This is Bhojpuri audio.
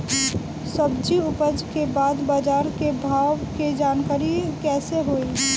सब्जी उपज के बाद बाजार के भाव के जानकारी कैसे होई?